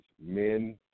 men